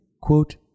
quote